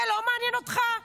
זה לא מעניין אותך?